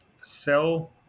sell